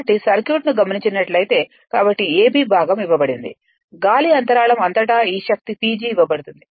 కాబట్టి సర్క్యూట్ ని గమనించినట్లైతే కాబట్టి a b భాగం ఇవ్వబడినది గాలి అంతరాళము అంతటా ఈ శక్తి PG ఇవ్వబడుతుంది